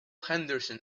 henderson